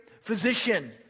physician